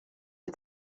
die